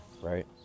right